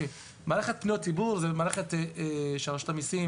מערכת פניות הציבור זו מערכת שרשות המיסים